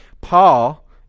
Paul